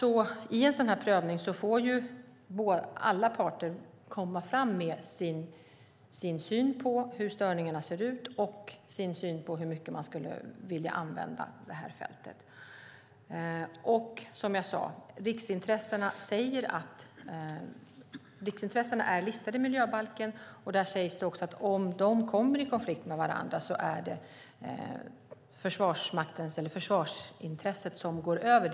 I en sådan här prövning får alla parter komma fram med sin syn på störningarna och sin syn på hur mycket man skulle vilja använda fältet. Som jag sade är riksintressena listade i miljöbalken, och där sägs också att om de kommer i konflikt med varandra går försvarsintresset före.